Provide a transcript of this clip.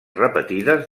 repetides